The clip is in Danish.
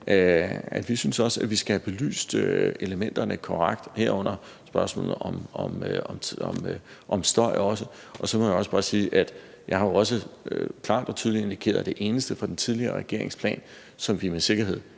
synes, vi skal have belyst elementerne korrekt, herunder også spørgsmålet om støj. Og så må jeg også bare sige, at jeg også klart og tydeligt har indikeret, at det eneste fra den tidligere regerings plan, som vi med sikkerhed